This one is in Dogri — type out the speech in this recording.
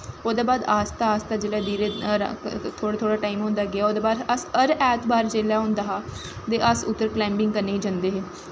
उसदै बाद आस्ता आस्ता जिसलै थोह्ड़ा थोह्ड़ा टैम होंदा गेआ ओह्दै बाद अस हर ऐतबार जिसलै होंदा हा ते अस उद्धर कलाईंबिंग करने गी जंदे हे